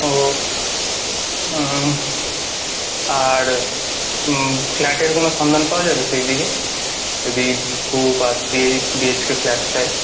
ওহ আর ফ্ল্যাটের কোনও সন্ধান পাওয়া যাবে সেই দিকে যদি টু বা থ্রি এই বিএইচকে ফ্ল্যাট চাই